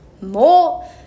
more